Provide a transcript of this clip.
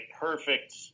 perfect –